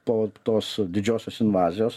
po tos didžiosios invazijos